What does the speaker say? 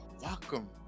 Welcome